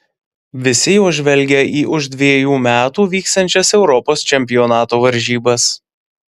visi jau žvelgia į už dvejų metų vyksiančias europos čempionato varžybas